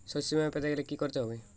শষ্যবীমা পেতে গেলে কি করতে হবে?